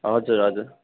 हजुर हजुर